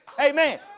Amen